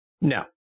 No